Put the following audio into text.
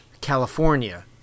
California